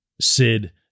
Sid